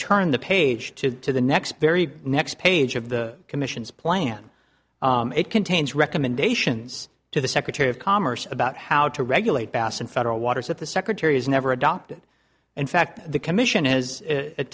turn the page to the next very next page of the commission's plan it contains recommendations to the secretary of commerce about how to regulate bason federal waters that the secretary has never adopted in fact the commission is at